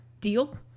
Deal